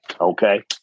okay